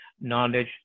knowledge